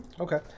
Okay